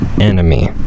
enemy